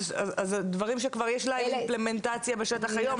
זה דברים שכבר יש להם לפרמנטציה בשטח היום,